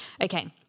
Okay